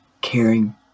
caring